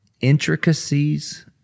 intricacies